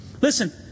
Listen